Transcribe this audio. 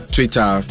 Twitter